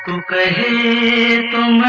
a